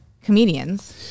comedians